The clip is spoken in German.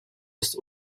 ist